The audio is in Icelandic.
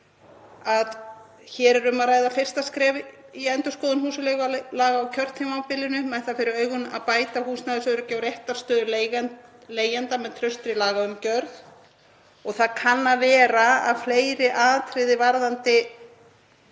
að hér er um að ræða fyrsta skref í endurskoðun húsaleigulaga á kjörtímabilinu með það fyrir augum að bæta húsnæðisöryggi og réttarstöðu leigjenda með traustri lagaumgjörð. Það kann að vera að fleiri atriði varðandi